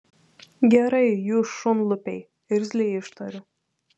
gerai jūs šunlupiai irzliai ištariu